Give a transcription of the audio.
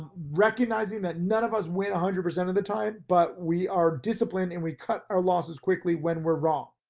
recognizing that none of us win one hundred percent of the time but we are disciplined and we cut our losses quickly when we're wrong.